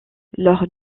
lors